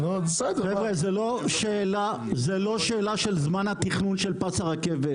זה לא רק שאלה של זמן התכנון של הרכבת.